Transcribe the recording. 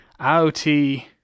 IoT